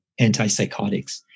antipsychotics